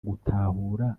gutahura